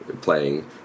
playing